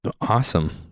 awesome